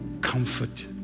Comfort